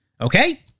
Okay